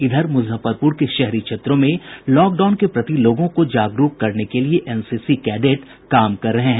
इधर मुजफ्फरपुर के शहरी क्षेत्रों में लॉकडाउन के प्रति लोगों को जागरूक करने के लिये एनसीसी कैडेट्स कार्य कर रहे हैं